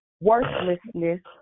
worthlessness